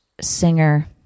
singer